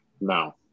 No